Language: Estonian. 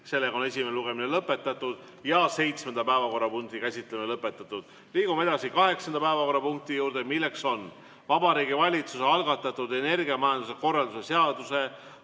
Sellega on esimene lugemine lõpetatud ja seitsmenda päevakorrapunkti käsitlemine lõpetatud. Liigume edasi kaheksanda päevakorrapunkti juurde, milleks on Vabariigi Valitsuse algatatud energiamajanduse korralduse seaduse